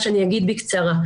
אני אגיד בקצרה,